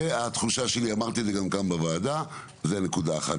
זה התחושה שלי אמרתי את זה גם כאן בוועדה זה הנקודה אחת.